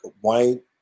white